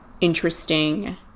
interesting